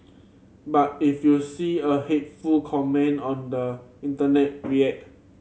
but if you see a hateful comment on the internet react